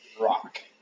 rock